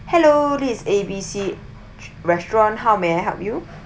hello is A B C restaurant how may I help you